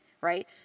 right